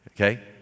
Okay